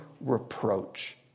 reproach